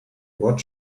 what